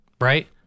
right